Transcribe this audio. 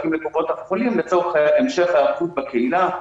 לקופות החולים לצורך המשך ההיערכות בקהילה.